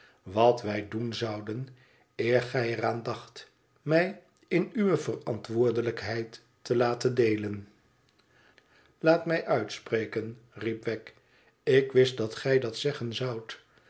wat wij doen zouden eer gij er aan dacht mij in uwe verantwoordelijkheid te laten deelen laat mij uitspreken riepwegg ik wist dat gij dat zeggen zoüdl